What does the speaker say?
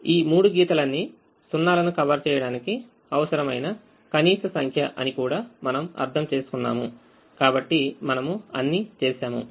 ఈ మూడు గీతలన్నీ 0 లను కవర్ చేయడానికి అవసరమైన కనీస సంఖ్య అని కూడా మనం అర్థం చేసుకున్నాము కాబట్టి మనము అన్ని చేశాము